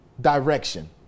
direction